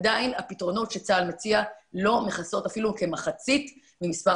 עדיין הפתרונות שצה"ל מציע לא מכסים אפילו כמחצית ממספר